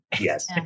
Yes